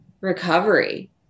recovery